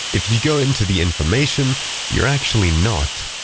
if you go into the information you're actually not.